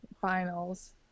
finals